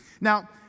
Now